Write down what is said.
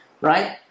right